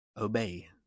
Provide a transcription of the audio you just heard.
obey